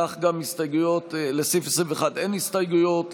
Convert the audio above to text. לסעיף 21 אין הסתייגויות.